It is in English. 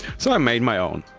so i made my own.